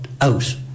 out